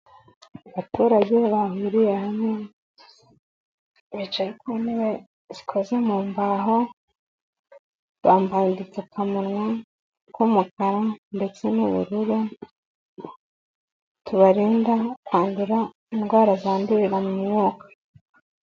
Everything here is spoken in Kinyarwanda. Abaturage bahuriye hamwe, bicaye ku ntebe zikoze mu mbaho, bambaye udupfukamunwa tw'umukara ndetse n'ubururu, tubarinda kwandura indwara zandurira mu mwuka.